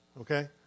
okay